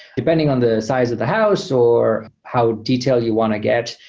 depending on the size of the house or how detailed you want to get,